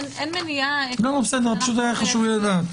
אין מניעה --- בסדר, פשוט היה חשוב לי לדעת.